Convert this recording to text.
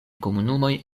komunumoj